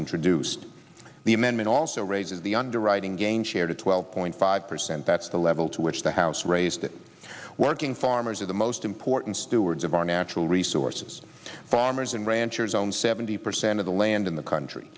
introduced the amendment also raises the underwriting gain share to twelve point five percent that's the level to which the house raised it working farmers are the most important stewards of our natural resources farmers and ranchers own seventy percent of the land in the country